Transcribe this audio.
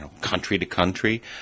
country-to-country